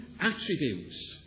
attributes